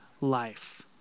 life